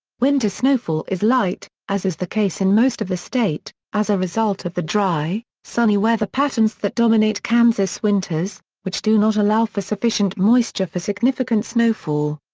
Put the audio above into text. winter snowfall is light, as is the case in most of the state, as a result of the dry, sunny weather patterns that dominate kansas winters, which do not allow for sufficient moisture for significant snowfall.